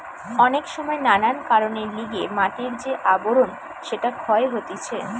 অনেক সময় নানান কারণের লিগে মাটির যে আবরণ সেটা ক্ষয় হতিছে